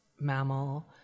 mammal